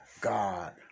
God